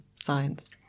science